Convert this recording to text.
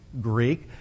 Greek